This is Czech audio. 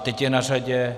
Teď je na řadě...